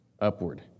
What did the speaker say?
upward